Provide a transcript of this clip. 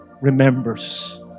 remembers